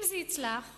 אם זה יצלח ויצליח,